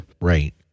right